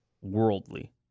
worldly